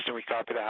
and we copy,